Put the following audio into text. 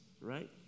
right